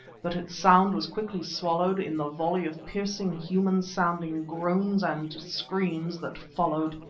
but its sound was quickly swallowed in the volley of piercing human-sounding groans and screams that followed.